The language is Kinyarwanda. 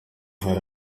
hari